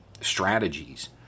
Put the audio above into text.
strategies